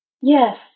Yes